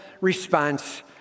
response